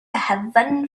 heaven